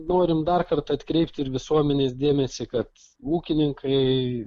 norim dar kartą atkreipti ir visuomenės dėmesį kad ūkininkai